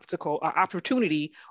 opportunity